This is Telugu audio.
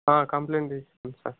కంప్లైంట్ తీసుకోండి సార్